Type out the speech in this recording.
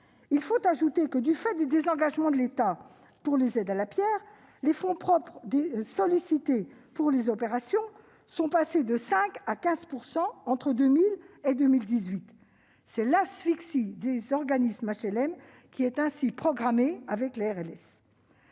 Il faut ajouter que, du fait du désengagement de l'État dans les aides à la pierre, les fonds propres sollicités pour les opérations sont passés de 5 % à 15 % entre 2000 et 2018. C'est l'asphyxie des organismes HLM qui est ainsi programmée avec la RLS.